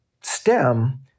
STEM